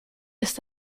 ist